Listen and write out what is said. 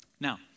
Now